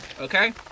okay